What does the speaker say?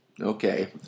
Okay